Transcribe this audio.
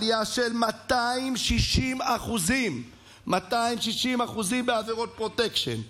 עלייה של 260% 260% בעבירות פרוטקשן,